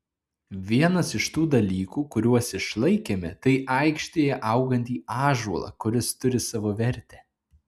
vienas iš tų dalykų kuriuos išlaikėme tai aikštėje augantį ąžuolą kuris turi savo vertę